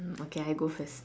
okay I go first